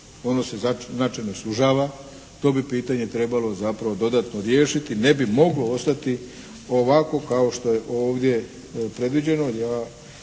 ono se načelno sužava. To bi pitanje trebalo zapravo dodatno riješiti. Ne bi moglo ostati ovakvo kao što je ovdje predviđeno.